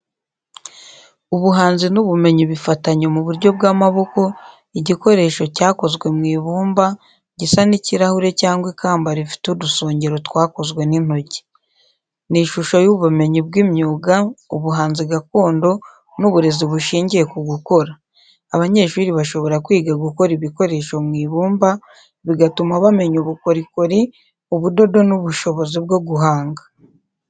Ubuhanzi n’ubumenyi bifatanye mu buryo bw’amaboko; igikoresho cyakozwe mu ibumba, gisa n’ikirahure cyangwa ikamba rifite udusongero twakozwe n’intoki. Ni ishusho y’ubumenyi bw’imyuga, ubuhanzi gakondo, n’uburezi bushingiye ku gukora. Abanyeshuri bashobora kwiga gukora ibikoresho mu ibumba, bigatuma bamenya ubukorikori, ubudodo n’ubushobozi bwo guhanga.